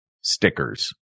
stickers